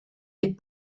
des